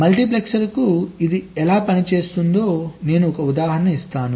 మల్టీప్లెక్సర్కు ఇది ఎలా పనిచేస్తుందో నేను ఒక ఉదాహరణ ఇస్తాను